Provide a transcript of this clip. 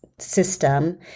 system